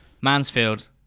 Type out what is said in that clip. Mansfield